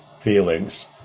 feelings